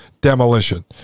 demolition